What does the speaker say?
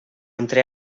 entre